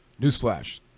Newsflash